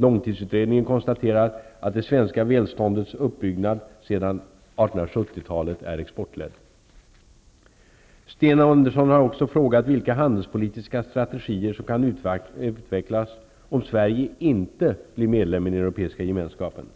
Långtidsutredningen konstaterar att det svenska välståndets uppbyggnad sedan 1870-talet är exportledd. Sten Andersson har också frågat vilka handelspolitiska strategier som kan utvecklas om Sverige inte blir medlem i Europeiska gemenskapen.